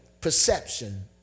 perception